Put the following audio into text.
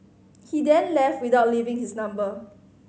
he then left without leaving his number